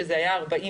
שזה היה 40,000,